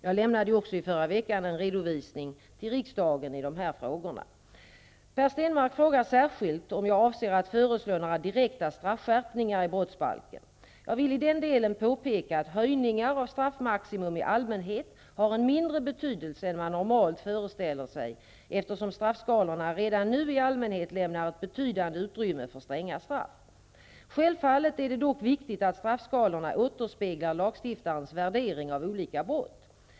Jag lämnade också i förra veckan en redovisning till riksdagen i de här frågorna. Per Stenmarck frågar särskilt om jag avser att föreslå några direkta straffskärpningar i brottsbalken. Jag vill i den delen påpeka att höjningar av straffmaximum i allmänhet har en mindre betydelse än man normalt föreställer sig eftersom straffskalorna redan nu i allmänhet lämnar ett betydande utrymme för stränga straff. Självfallet är det dock viktigt att straffskalorna återspeglar lagstiftarens värdering av olika brott.